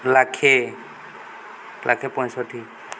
ଲକ୍ଷେ ଲକ୍ଷେ ପଞ୍ଚଷଠି